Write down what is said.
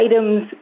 Items